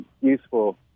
useful